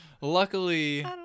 Luckily